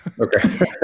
Okay